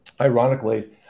ironically